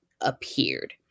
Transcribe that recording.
appeared